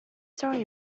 sorry